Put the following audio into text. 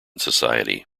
society